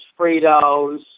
Fritos